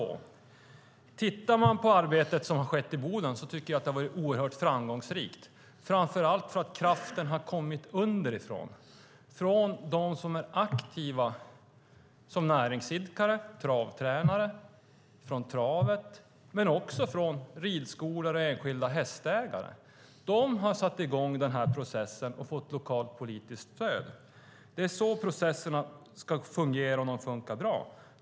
Jag tycker att det arbete som har skett i Boden har varit oerhört framgångsrikt, framför allt därför att kraften har kommit underifrån. Den har kommit från dem som är aktiva som näringsidkare, från travtränare, från travet, från ridskolor och från enskilda hästägare. De har satt i gång den här processen och fått lokalt politiskt stöd. Det är så processer ska se ut om de fungerar bra.